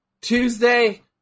Tuesday